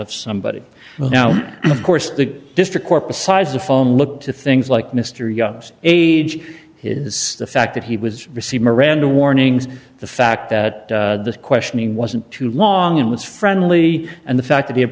of somebody now of course the district court decides the phone look to things like mr young age the fact that he was received miranda warnings the fact that the questioning wasn't too long and was friendly and the fact that